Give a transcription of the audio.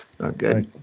Okay